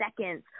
seconds